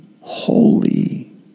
holy